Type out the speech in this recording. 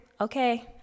okay